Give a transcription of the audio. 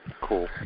Cool